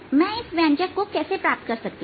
मैं यह व्यंजक कैसे प्राप्त कर सकती हूं